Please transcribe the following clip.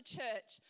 church